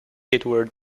edward